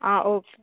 आं ओके